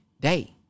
day